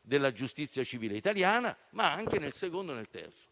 della giustizia civile italiana, ma anche nel secondo e nel terzo.